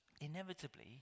inevitably